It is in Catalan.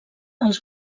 els